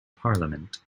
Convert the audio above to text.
parliament